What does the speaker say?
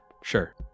Sure